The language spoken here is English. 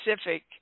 specific